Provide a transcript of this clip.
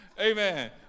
amen